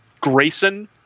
Grayson